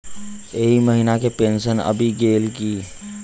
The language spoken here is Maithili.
एहि महीना केँ पेंशन आबि गेल की